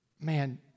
Man